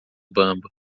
bamba